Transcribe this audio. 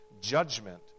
judgment